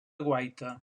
guaita